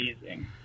amazing